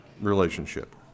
Relationship